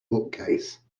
bookcase